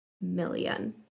million